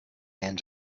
and